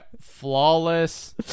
flawless